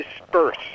disperse